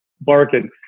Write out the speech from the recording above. barking